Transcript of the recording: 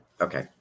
Okay